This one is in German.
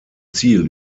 ziel